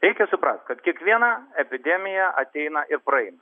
reikia suprast kad kiekviena epidemija ateina ir praeina